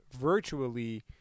virtually